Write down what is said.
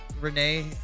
Renee